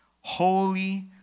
Holy